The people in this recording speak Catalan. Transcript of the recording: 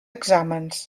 exàmens